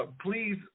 please